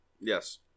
Yes